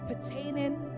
pertaining